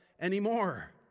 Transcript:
anymore